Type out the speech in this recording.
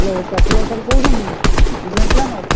hello Praful sir କହୁଛନ୍ତି event planner